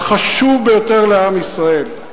החשוב ביותר לעם ישראל,